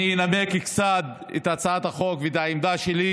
אני אנמק קצת את הצעת החוק ואת העמדה שלי,